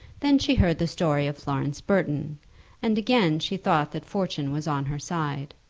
then she heard the story of florence burton and again she thought that fortune was on her side.